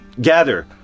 gather